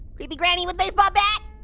creepy granny with baseball bat,